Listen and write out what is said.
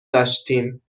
داشتیم